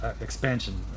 expansion